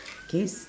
can you se~